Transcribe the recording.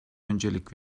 öncelik